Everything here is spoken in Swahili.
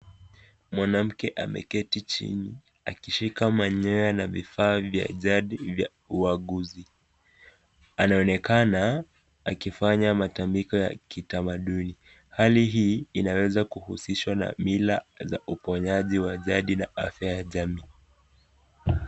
Mwanamke ameketi chini akishika manyoya na vifaa vya jadi vya uaguzi, anaonekana akifanya matambiko ya kitamaduni, hali hii inaweza kuhusishwa na mila za uponyaji wa jadi na afya ya jamii.